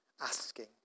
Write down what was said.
asking